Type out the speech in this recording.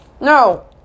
No